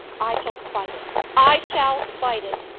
i shall fight it i shall fight it!